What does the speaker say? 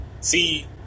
see